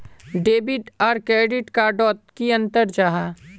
Debit आर credit card डोट की अंतर जाहा?